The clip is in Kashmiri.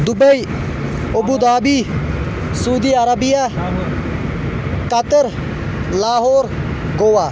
Dubai Abu Dhabi Saudi Arabia Qatar Lahore Goa